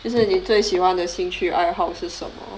就是你最喜欢的兴趣爱好是什么